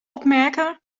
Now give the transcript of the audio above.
opmerken